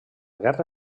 guerra